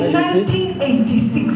1986